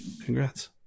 Congrats